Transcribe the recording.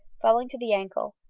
falling to the ankle,